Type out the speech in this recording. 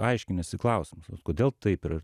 aiškiniesi klausimus vat kodėl taip yra